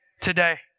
today